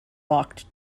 locked